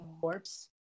corpse